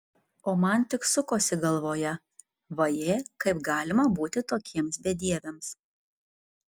o man tik sukosi galvoje vaje kaip galima būti tokiems bedieviams